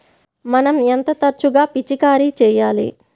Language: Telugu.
మనం ఎంత తరచుగా పిచికారీ చేయాలి?